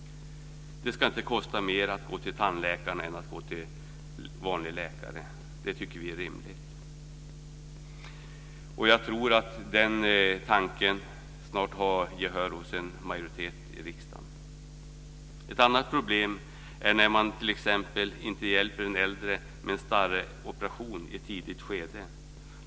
Det ska inte kosta mer att gå till tandläkaren än att gå till en vanlig läkare. Det tycker vi är rimligt. Och jag tror att den tanken snart kommer att ha gehör hos en majoritet i riksdagen. Ett annat problem är t.ex. när man inte hjälper en äldre med en starroperation i ett tidigt skede.